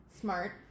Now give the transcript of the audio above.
smart